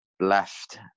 left